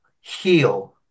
heal